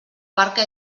barca